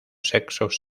sexos